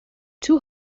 two